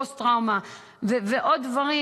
הפוסט-טראומה ועוד דברים,